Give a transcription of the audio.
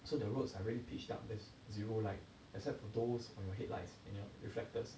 so the roads are really pitch darkness zero light except for those on your headlights and on your reflectors